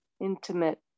Intimate